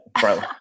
bro